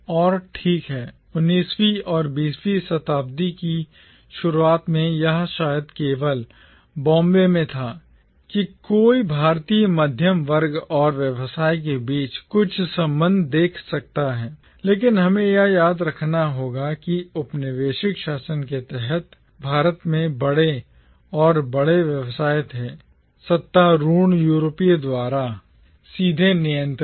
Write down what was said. और ठीक है 19 वीं और 20 वीं शताब्दी की शुरुआत में यह शायद केवल बॉम्बे में था कि कोई भारतीय मध्यम वर्ग और व्यवसाय के बीच कुछ संबंध देख सकता है लेकिन हमें यह याद रखना होगा कि औपनिवेशिक शासन के तहत भारत में बड़े और बड़े व्यवसाय थे सत्तारूढ़ यूरोपियों द्वारा सीधे नियंत्रित